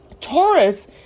Taurus